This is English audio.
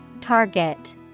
Target